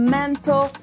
mental